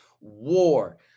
war